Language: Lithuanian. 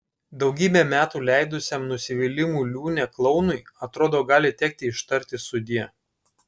daugybę metų leidusiam nusivylimų liūne klounui atrodo gali tekti ištarti sudie